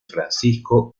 francisco